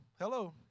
Hello